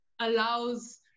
allows